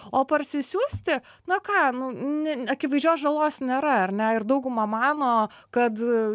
o parsisiųsti na ką nu ne akivaizdžios žalos nėra ar ne ir dauguma mano kad